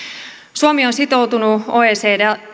suomi on sitoutunut oecdn